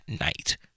night